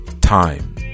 time